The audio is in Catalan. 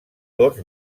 dors